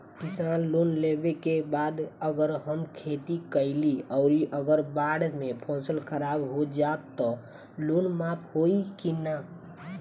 किसान लोन लेबे के बाद अगर हम खेती कैलि अउर अगर बाढ़ मे फसल खराब हो जाई त लोन माफ होई कि न?